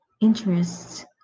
interests